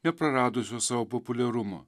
nepraradusios savo populiarumo